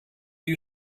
you